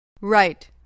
Right